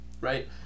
right